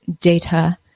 data